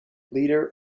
leader